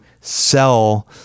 sell